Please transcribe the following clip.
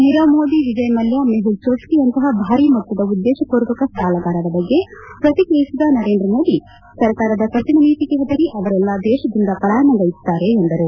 ನೀರವ್ ಮೋದಿ ವಿಜಯ್ ಮಲ್ಯ ಮೆಹುಲ್ ಜೋಸ್ತಿ ನಂತಹ ಭಾರೀ ಮೊತ್ತದ ಉದ್ದೇಶ ಪೂರ್ವಕ ಸಾಲಗಾರರ ಬಗ್ಗೆ ಪ್ರತಿಕ್ರಿಯಿಸಿದ ನರೇಂದ್ರ ಮೋದಿ ಸರ್ಕಾರದ ಕಠಿಣ ನೀತಿಗೆ ಹೆದರಿ ಅವರೆಲ್ಲಾ ದೇಶದಿಂದ ಪಾಲಾಯನ ಗೈದಿದ್ದಾರೆ ಎಂದರು